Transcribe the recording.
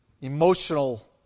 emotional